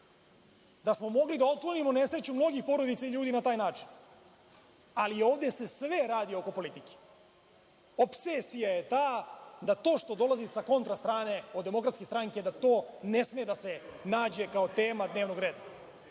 da smo mogli da otklonimo nesreću mnogih porodica i ljudi na taj način. Ali ovde se sve radi oko politike. Opsesija je ta da to što dolazi sa kontra strane, od DS, da to ne sme da se nađe kao tema dnevnog reda. Evo,